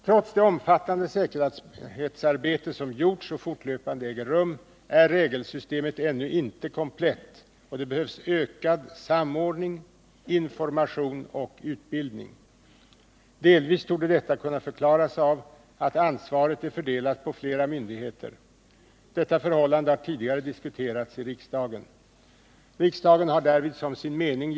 Trots det omfattande säkerhetsarbete som gjorts och som fortlöpande äger rum är regelsystemet ännu inte komplett och det behövs ökad samordning, information och utbildning. Delvis torde detta kunna förklaras av att ansvaret är fördelat på flera myndigheter. Detta förhållande har tidigare diskuterats i riksdagen. Riksdagen här därvid som sin mening (mot.